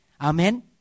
Amen